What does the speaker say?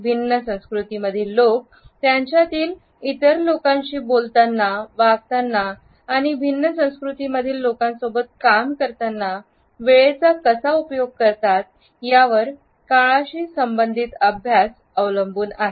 भिन्न संस्कृतीमधील लोक त्यांच्यातील इतर लोकांशी बोलताना वागताना आणि भिन्न संस्कृती मधील लोकांसोबत काम करताना वेळेचा कसा उपयोग करतात यावर काळाशी संबंधित अभ्यास अवलंबून आहे